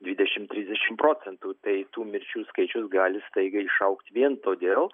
dvidešim trisdešim procentų tai tų mirčių skaičius gali staigiai išaugt vien todėl